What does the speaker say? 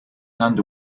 hand